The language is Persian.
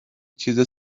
چیزی